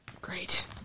Great